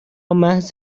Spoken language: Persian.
محض